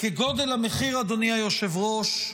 כגודל המחיר, אדוני היושב-ראש,